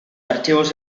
archivos